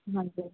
ਹਾਂਜੀ